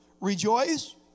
rejoice